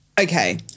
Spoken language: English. Okay